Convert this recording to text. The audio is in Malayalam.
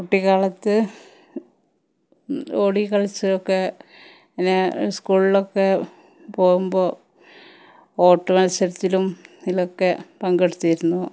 കുട്ടികാലത്ത് ഓടികളിച്ചുമൊക്കെ ഞാൻ സ്കൂളിലൊക്കെ പോവുമ്പോൾ ഓട്ട മത്സരത്തിലും ഇതിലൊക്കെ പങ്കെടുത്തിരുന്നു